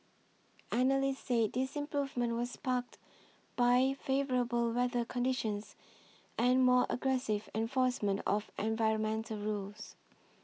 analysts said this improvement was sparked by favourable weather conditions and more aggressive enforcement of environmental rules